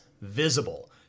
visible